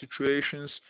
situations